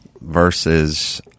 versus